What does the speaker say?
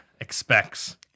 expects